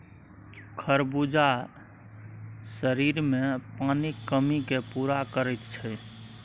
खरबूजा शरीरमे पानिक कमीकेँ पूरा करैत छै